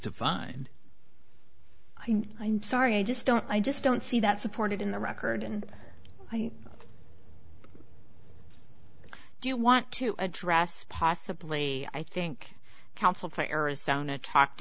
to find i'm sorry i just don't i just don't see that supported in the record and i do want to address possibly i think counsel for arizona talked